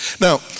Now